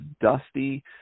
dusty